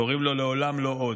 קוראים לו "לעולם לא עוד".